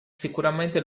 sicuramente